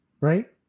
Right